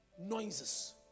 noises